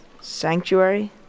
sanctuary